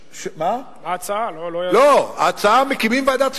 ההצעה, מקימים ועדה ציבורית.